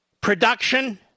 Production